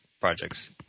projects